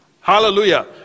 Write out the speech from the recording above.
Hallelujah